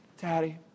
Daddy